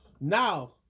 Now